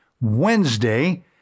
Wednesday